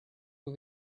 who